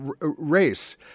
race